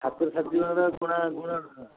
ଛାତରୁ ଛାତ ଗୁଣା